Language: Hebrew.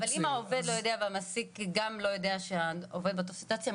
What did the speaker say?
אבל אם העובד לא יודע והמעסיק גם לא יודע שהעובד באותה הסיטואציה,